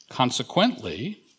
Consequently